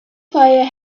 fire